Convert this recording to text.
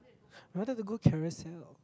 what does a good carrier sell